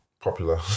popular